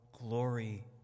glory